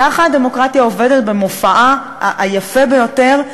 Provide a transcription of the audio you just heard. ככה הדמוקרטיה עובדת במופעה היפה ביותר.